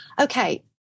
Okay